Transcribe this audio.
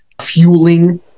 fueling